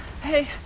Hey